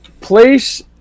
place